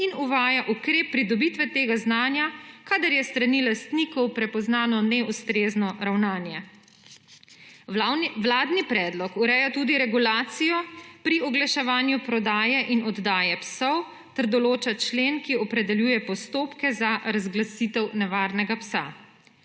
in uvaja ukrep pridobitve tega znanja, kadar je s strani lastnikov prepoznano neustrezno ravnanje. Vladni predlog ureja tudi regulacijo pri oglaševanju prodaje in oddaje psov ter določa člen, ki opredeljuje postopke za razglasitev nevarnega psa.